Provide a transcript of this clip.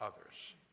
others